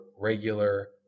regular